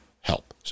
help